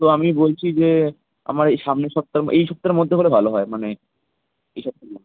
তো আমি বলছি যে আমার এই সামনের সপ্তাহ এই সপ্তাহের মধ্যে হলে ভালো হয় মানে এই সপ্তাহের মধ্যে